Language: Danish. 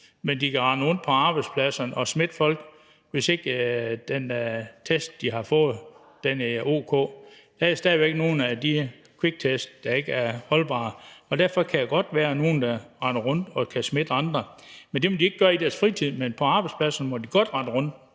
De kan rende rundt på arbejdspladserne og smitte folk, hvis ikke den test, de har fået, er o.k., for der er stadig væk nogle af de kviktest, der ikke er holdbare, og derfor kan der jo godt være nogle, der render rundt og kan smitte andre. Men det må de ikke gøre i deres fritid. Men på arbejdspladserne må de godt rende rundt